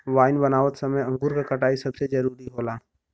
wine बनावत समय अंगूर क कटाई सबसे जरूरी होला